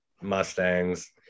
mustangs